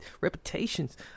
reputations